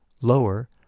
lower